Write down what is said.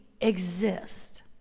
exist